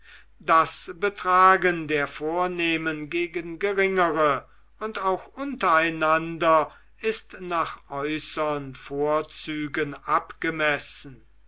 das betragen der vornehmen gegen geringere und auch untereinander ist nach äußern vorzügen abgemessen